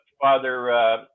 Father